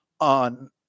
on